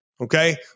okay